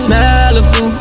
Malibu